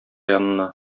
янына